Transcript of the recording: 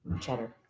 cheddar